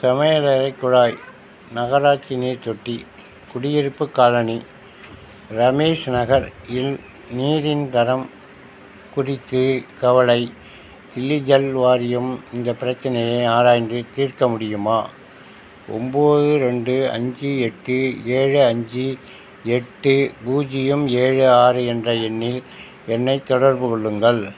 சமையலறைக் குழாய் நகராட்சி நீர் தொட்டி குடியிருப்புக் காலனி ரமேஷ் நகர் இல் நீரின் தரம் குறித்து கவலை தில்லி ஜல் வாரியம் இந்த பிரச்சினையை ஆராய்ந்து தீர்க்க முடியுமா ஒன்போது ரெண்டு அஞ்சு எட்டு ஏழு அஞ்சு எட்டு பூஜ்ஜியம் ஏழு ஆறு என்ற எண்ணில் என்னைத் தொடர்புக் கொள்ளுங்கள்